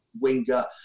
winger